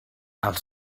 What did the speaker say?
els